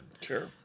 Sure